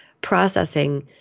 processing